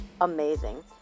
amazing